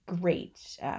great